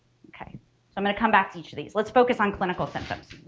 okay i'm gonna come back to each of these. let's focus on clinical symptoms.